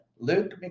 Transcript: Luke